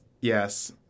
Yes